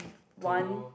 one